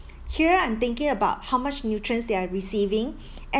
here I'm thinking about how much nutrients they are receiving and